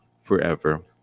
forever